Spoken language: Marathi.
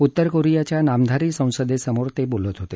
उत्तर कोरियाच्या नामधारी संसदेसमोर ते बोलत होते